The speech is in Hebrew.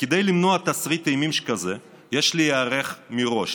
כדי למנוע תסריט אימים שכזה יש להיערך מראש,